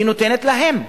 היא נותנת להם.